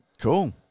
Cool